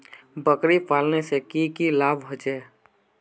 बकरी पालने से की की लाभ होचे?